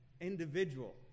individual